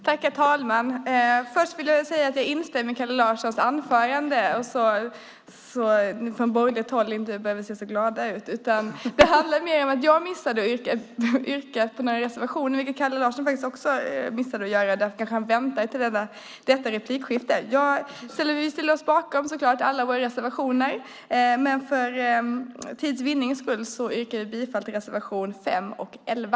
Herr talman! Jag vill börja med att säga att jag instämmer i Kalle Larssons anförande, så ni behöver inte se så glada ut från borgerligt håll. Jag missade att yrka på några reservationer, vilket Kalle Larsson faktiskt också missade att göra. Han kanske väntar till detta replikskifte. Vi ställer oss bakom alla våra reservationer, men för tids vinnande yrkar jag bifall bara till reservationerna 5 och 11.